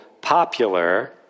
popular